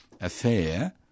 affair